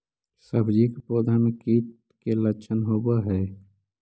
सब्जी के पौधो मे कीट के लच्छन होबहय?